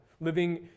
Living